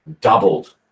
doubled